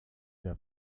der